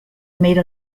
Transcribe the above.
made